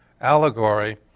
allegory